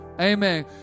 Amen